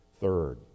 Third